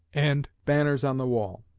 and banners on the wall